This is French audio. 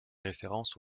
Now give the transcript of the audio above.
références